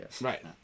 Right